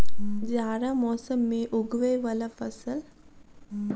जाड़ा मौसम मे उगवय वला फसल?